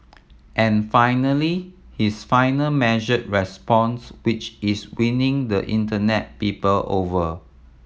and finally his final measured response which is winning the Internet people over